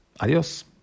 Adios